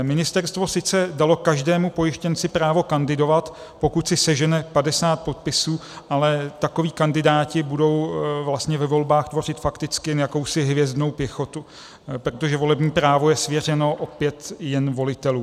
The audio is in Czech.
Ministerstvo sice dalo každému pojištěnci právo kandidovat, pokud si sežene 50 podpisů, ale takoví kandidáti budou vlastně ve volbách tvořit fakticky jen jakousi hvězdnou pěchotu, protože volební právo je svěřeno opět jen volitelům.